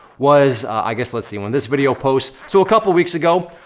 was i guess let's see, when this video posts. so a couple weeks ago,